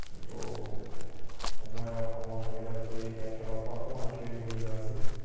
কিন্তু সময় আৰু কামৰ তাগিদাত পৰি এতিয়া খেলৰ পৰা অকণমান আঁতৰি আহিবলগীয়া হৈছে